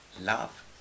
Love